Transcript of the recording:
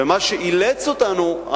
מה שאילץ אותנו,